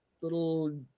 little